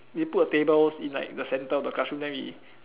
they put the tables in like the centre of the classroom then we